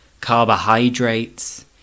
carbohydrates